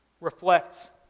reflects